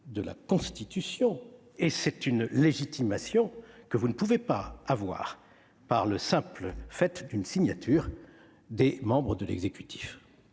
de la Constitution et constitue une légitimation que vous ne pouvez pas obtenir par une simple signature des membres de l'exécutif.